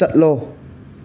ꯆꯠꯂꯣ